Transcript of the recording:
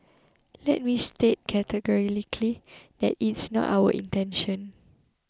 let me state categorically that is not our intention